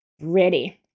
Ready